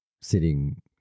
Sitting